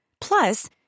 Plus